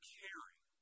caring